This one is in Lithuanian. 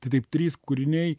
tai taip trys kūriniai